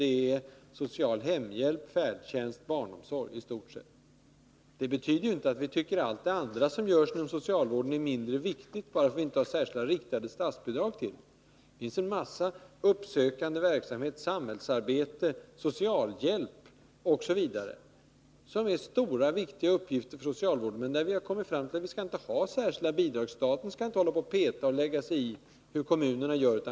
Det är i stort sett social hemhjälp, färdtjänst och barnomsorg. Det betyder inte att vi tycker att allt det andra som görs inom socialvården är mindre viktigt, bara för att vi inte har särskilda riktade statsbidrag till det. Det finns en hel del uppsökande verksamhet, samhällsarbete, socialhjälp osv., där socialvården har stora och viktiga uppgifter och där vi har kommit fram till att vi inte skall ha särskilda bidrag. Staten skall inte hålla på att peta i verksamheten och lägga sig i hur kommunerna gör.